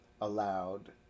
allowed